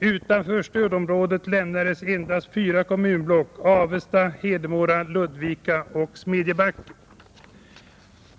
Utanför stödområdet lämnades endast fyra kommunblock: Avesta, Hedemora, Ludvika och Smedjebacken.